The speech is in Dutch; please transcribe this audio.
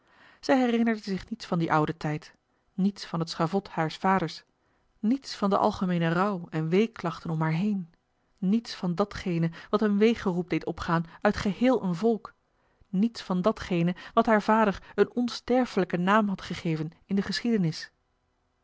zij herinnerde zich niets van dien ouden tijd niets van het schavot haars vaders niets van den algemeenen rouw en weeklachten om haar heen niets van datgene wat een wee geroep deed opgaan uit geheel een volk niets van datgene wat haar vader een onsterfelijken naam had gegeven in de geschiedenis